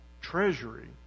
treasury